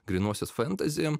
grynosius fentazi